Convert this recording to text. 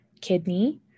kidney